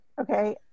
okay